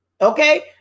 okay